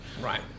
right